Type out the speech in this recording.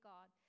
God